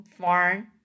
farm